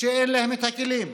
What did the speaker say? שאין להם את הכלים,